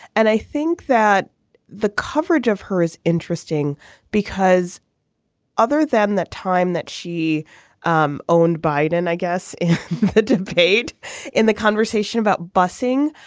and i think that the coverage of her is interesting because other than that time that she um owned biden i guess paid in the conversation about busing.